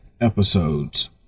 episodes